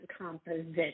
composition